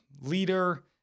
leader